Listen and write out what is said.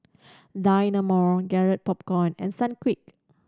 Dynamo Garrett Popcorn and Sunquick